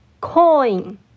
coin